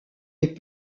est